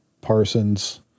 Parsons